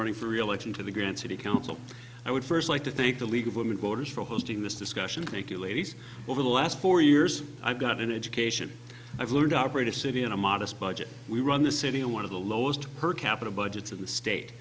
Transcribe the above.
running for reelection to the grand city council i would first like to thank the league of women voters for hosting this discussion thank you ladies over the last four years i've got an education i've learned operate a city in a modest budget we run the city and one of the lowest per capita budgets in the state